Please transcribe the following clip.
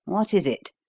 what is it?